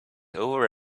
over